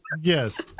Yes